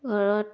ঘৰত